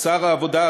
שר העבודה,